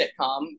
sitcom